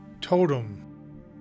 totem